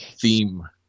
theme